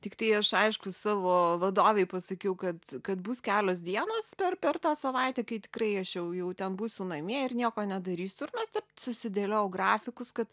tiktai aš aišku savo vadovei pasakiau kad kad bus kelios dienos per tą savaitę kai tikrai aš jau jau ten būsiu namie ir nieko nedarysiu ir taip susidėliojau grafikus kad